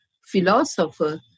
philosopher